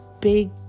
big